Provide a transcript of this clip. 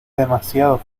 demasiado